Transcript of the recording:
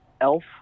Elf